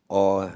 or